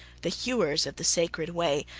the hewers of the sacred way,